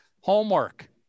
Homework